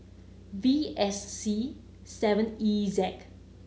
V S C seven E Zek